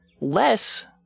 less